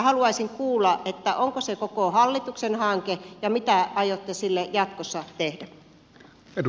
haluaisin kuulla onko se koko hallituksen hanke ja mitä aiotte sille jatkossa tehdä